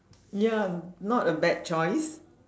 ya not a bad choice